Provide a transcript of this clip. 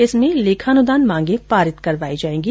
इसमें लेखानुदान मांगे पारित करवाई जायेंगी